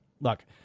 Look